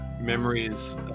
memories